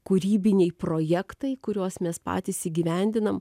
kūrybiniai projektai kuriuos mes patys įgyvendinam